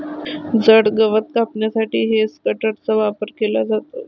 जड गवत कापण्यासाठी हेजकटरचा वापर केला जातो